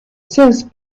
seize